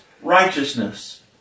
righteousness